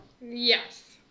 Yes